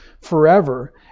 forever